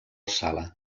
sala